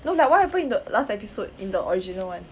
no like happened in the last episode in the original one